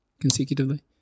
consecutively